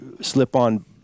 slip-on